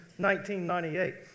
1998